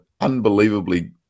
unbelievably